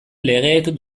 legeek